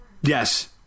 Yes